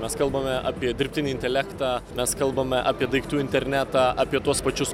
mes kalbame apie dirbtinį intelektą mes kalbame apie daiktų internetą apie tuos pačius